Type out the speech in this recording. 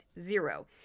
zero